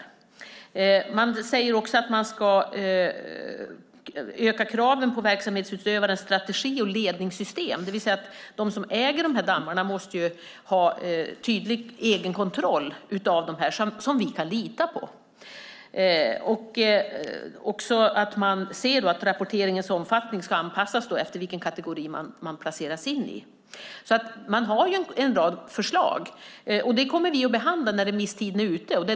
I förslaget sägs också att kraven ska ökas på verksamhetsutövares strategi och ledningssystem, det vill säga att ägarna till dammarna måste ha en tydlig egenkontroll som vi kan lita på. Dessutom anser man att rapporteringens omfattning ska anpassas efter vilken kategori dammen placeras i. Det finns alltså en rad förslag, och vi kommer att behandla dem när remisstiden gått ut.